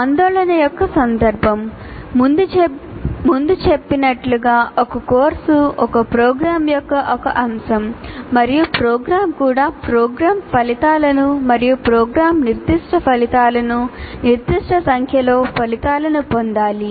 ఆందోళన యొక్క సందర్భం ముందే చెప్పినట్లుగా ఒక కోర్సు ఒక ప్రోగ్రామ్ యొక్క ఒక అంశం మరియు ప్రోగ్రామ్ కూడా ప్రోగ్రామ్ ఫలితాలను మరియు ప్రోగ్రామ్ నిర్దిష్ట ఫలితాలను నిర్దిష్ట సంఖ్యలో ఫలితాలను పొందాలి